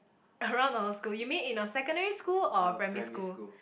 around our school you mean in our secondary school or primary school